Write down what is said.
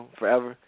forever